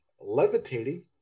Levitating